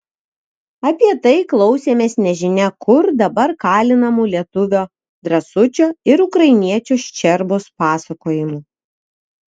apie tai klausėmės nežinia kur dabar kalinamų lietuvio drąsučio ir ukrainiečio ščerbos pasakojimų